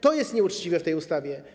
To jest nieuczciwe w tej ustawie.